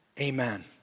Amen